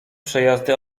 przejazdy